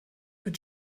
mit